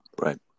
Right